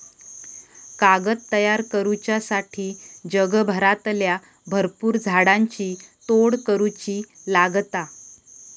कागद तयार करुच्यासाठी जगभरातल्या भरपुर झाडांची तोड करुची लागता